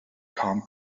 kam